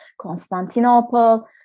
Constantinople